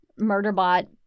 Murderbot